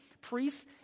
priests